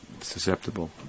susceptible